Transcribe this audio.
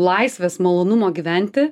laisvės malonumo gyventi